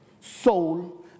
soul